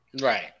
Right